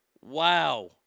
Wow